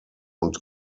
und